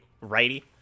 righty